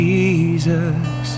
Jesus